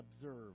observe